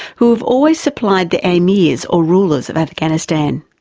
who have always supplied the amirs or rulers of afghanistan.